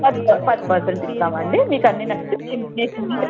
పది పది పది పర్సెంట్ ఇస్తామండీ మీకు అన్ని నచ్చితే